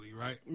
right